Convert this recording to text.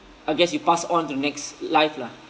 I guess you pass on to the next life lah